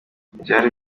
ntibyari